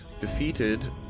defeated